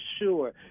sure